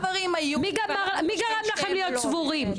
מי גרם לכם להיות סבורים?